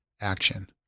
action